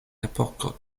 epoko